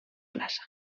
plaça